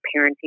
parenting